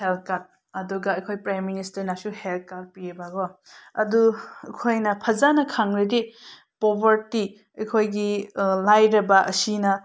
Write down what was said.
health card ꯑꯗꯨꯒ ꯑꯩꯈꯣꯏ prime ꯃꯤꯅꯤꯁꯇ꯭ꯔꯅꯁꯨ ꯍꯦꯜꯠ ꯀꯥꯔꯠ ꯄꯤꯌꯦꯕꯀꯣ ꯑꯗꯨ ꯑꯩꯈꯣꯏꯅ ꯐꯖꯅ ꯈꯪꯂꯗꯤ ꯄꯣꯕꯔꯇꯤ ꯑꯩꯈꯣꯏꯒꯤ ꯂꯥꯏꯔꯕ ꯑꯁꯤꯅ